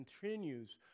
continues